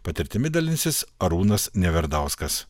patirtimi dalinsis arūnas neverdauskas